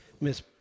Miss